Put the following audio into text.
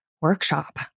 workshop